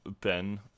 Ben